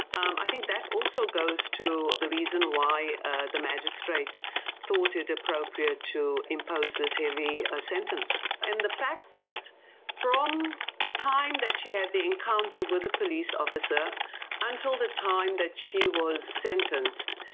um i think that also goes to the reason why ah the magistrate thought it appropriate to impose this heavy ah sentence. and the fact that from the time that she had the encounter with the police officer until the time that she was sentenced,